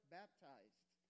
baptized